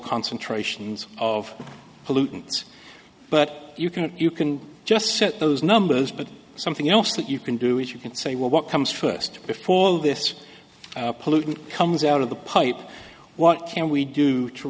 concentrations of pollutants but you can you can just set those numbers but something else that you can do is you can say well what comes first before this pollutant comes out of the pipe what can we do to